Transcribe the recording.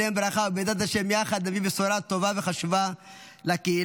בעזרת השם יחד נביא בשורה טובה וחשובה לקהילה.